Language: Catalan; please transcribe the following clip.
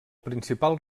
principal